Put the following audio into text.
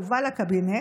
הובא לקבינט,